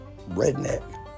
redneck